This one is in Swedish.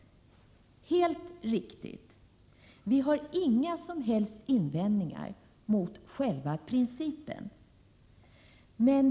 Det är helt riktigt — vi har inga som helst invändningar mot själva principen.